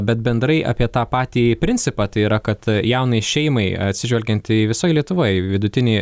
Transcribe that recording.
bet bendrai apie tą patį principą tai yra kad jaunai šeimai atsižvelgiant į visoj lietuvoj vidutinį